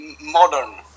modern